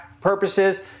purposes